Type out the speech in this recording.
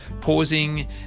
pausing